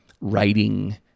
writing